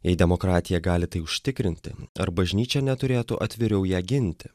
jei demokratija gali tai užtikrinti ar bažnyčia neturėtų atviriau ją ginti